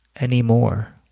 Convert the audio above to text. anymore